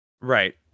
Right